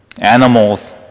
Animals